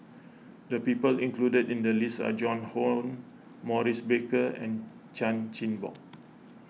the people included in the list are Joan Hon Maurice Baker and Chan Chin Bock